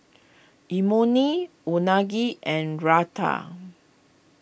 Imoni Unagi and Raita